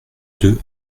deux